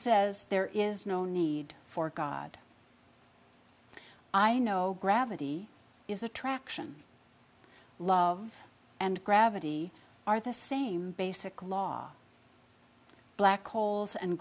says there is no need for god i know gravity is attraction love and gravity are the same basic law black holes and